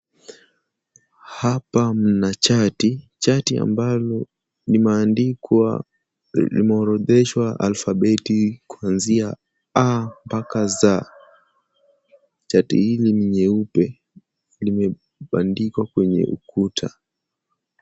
Hapa mna chati. Chati ambalo limeorodheshwa alphabeti kuanzia a mpaka z. Chati hili ni nyeupe limebandikwa kwenye ukuta.